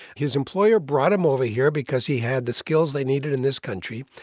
his employer brought him over here because he had the skills they needed in this country.